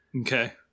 Okay